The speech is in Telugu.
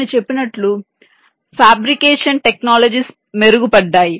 నేను చెప్పినట్లు ఫాబ్రికేషన్ టెక్నాలజీస్ మెరుగుపడ్డాయి